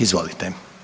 Izvolite.